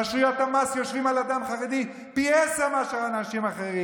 רשויות המס יושבות על אדם חרדי פי-עשרה יותר מאשר על אנשים אחרים.